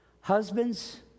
Husbands